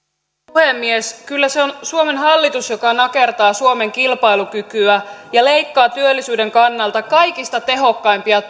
puhemies kyllä se on suomen hallitus joka nakertaa suomen kilpailukykyä ja leikkaa työllisyyden kannalta kaikista tehokkaimpia